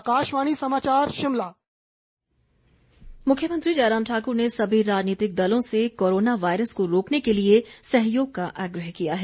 आग्रह मुख्यमंत्री जयराम ठाकुर ने सभी राजनीतिक दलों से कोरोना वायरस को रोकने के लिए सहयोग का आग्रह किया है